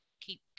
keep